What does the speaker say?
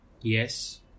Yes